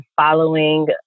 following